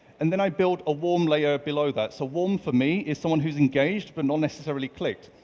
and then i built a warm layer below that. so warm for me is someone who's engaged but not necessarily clicked.